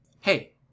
Hey